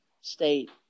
state